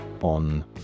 on